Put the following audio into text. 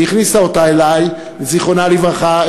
והכניסה אותי אליו זיכרונה לברכה,